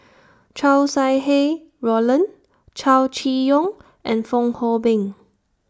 Chow Sau Hai Roland Chow Chee Yong and Fong Hoe Beng